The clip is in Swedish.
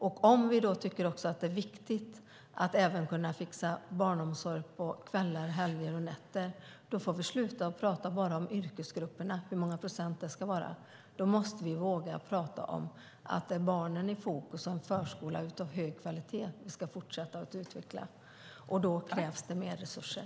Om vi tycker att det är viktigt att fixa barnomsorg även på kvällar, helger och nätter får vi sluta att bara prata om yrkesgrupper, hur många procent det ska vara, utan vi måste våga säga att det är barnen som måste vara i fokus om det är en förskola av hög kvalitet som vi ska fortsätta att utveckla. Då krävs det mer resurser.